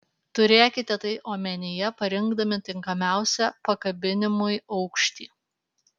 turėkite tai omenyje parinkdami tinkamiausią pakabinimui aukštį